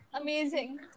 Amazing